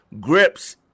Grips